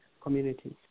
communities